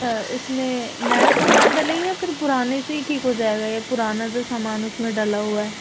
سر اس میں نیا سامان ڈلے یا پھر پرانے سے ہی ٹھیک ہو جائے گا یا پرانا جو سامان اس میں ڈلا ہوا ہے